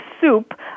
soup